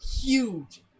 Huge